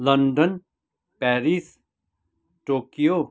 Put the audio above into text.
London Paris Tokyo